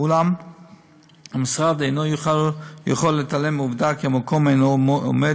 אולם המשרד אינו יכול להתעלם מהעובדה כי המקום אינו עומד